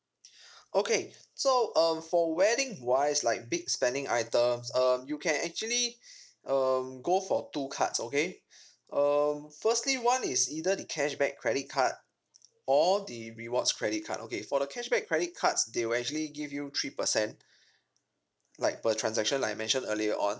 okay so um for wedding wise like big spending items um you can actually um go for two cards okay um firstly one is either the cashback credit card or the rewards credit card okay for the cashback credit cards they will actually give you three percent like per transaction like I mentioned earlier on